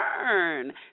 turn